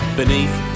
beneath